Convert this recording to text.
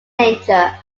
nature